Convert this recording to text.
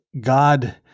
God